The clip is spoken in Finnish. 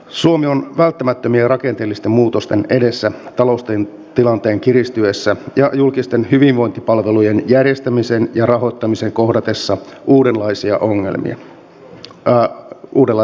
suomi on välttämättömien rakenteellisten muutosten edessä taloustilanteen kiristyessä ja julkisten hyvinvointipalvelujen järjestämisen ja rahoittamisen kohdatessa uudenlaisia haasteita